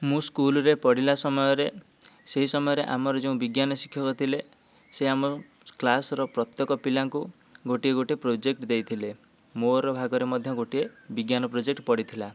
ମୁଁ ସ୍କୁଲରେ ପଢ଼ିଲା ସମୟରେ ସେହି ସମୟରେ ଆମର ଯେଉଁ ବିଜ୍ଞାନ ଶିକ୍ଷକ ଥିଲେ ସେ ଆମ କ୍ଲାସ୍ର ପ୍ରତ୍ୟେକ ପିଲାଙ୍କୁ ଗୋଟିଏ ଗୋଟିଏ ପ୍ରୋଜେକ୍ଟ ଦେଇଥିଲେ ମୋର ଭାଗରେ ମଧ୍ୟ ଗୋଟିଏ ବିଜ୍ଞାନ ପ୍ରୋଜେକ୍ଟ ପଡ଼ିଥିଲା